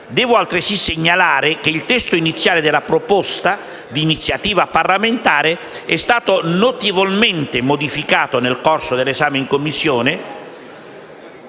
devo altresì segnalare che il testo iniziale della proposta, di iniziativa parlamentare, è stato notevolmente modificato nel corso dell'esame in Commissione